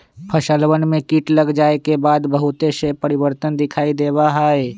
फसलवन में कीट लग जाये के बाद बहुत से परिवर्तन दिखाई देवा हई